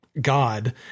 God